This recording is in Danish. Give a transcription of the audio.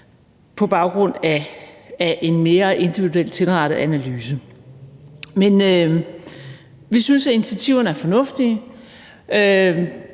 på baggrund af en mere individuelt tilrettet analyse. Men vi synes, at initiativerne er fornuftige.